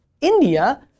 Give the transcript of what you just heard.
India